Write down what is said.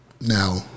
Now